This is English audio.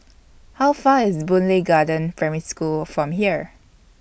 How Far IS Boon Lay Garden Primary School from here